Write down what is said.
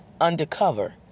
undercover